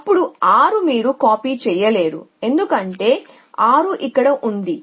అప్పుడు 6 మీరు కాపీ చేయలేరు ఎందుకంటే 6 ఇక్కడ ఉంది